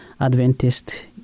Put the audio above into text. Adventist